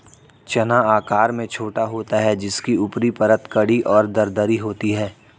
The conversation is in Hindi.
चना आकार में छोटा होता है जिसकी ऊपरी परत कड़ी और दरदरी होती है